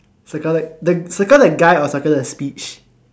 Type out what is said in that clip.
circle it circle the guy or circle the speech